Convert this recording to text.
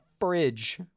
fridge